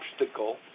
obstacle